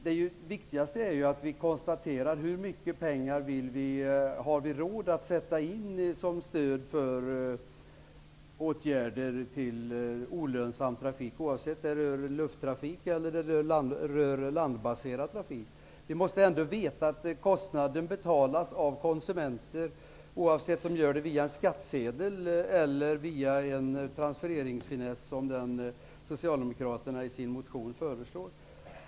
Det viktigaste är att vi konstaterar hur mycket pengar vi har råd att sätta in som stöd för åtgärder till olönsam trafik, oavsett om det gäller luftfartstrafik eller landbaserad trafik. Vi vet att kostnaden betalas av konsumenterna, oavsett om det sker via skattsedeln eller via en sådan transfereringsfiness som socialdemokraterna i sin motion föreslår.